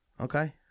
Okay